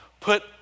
Put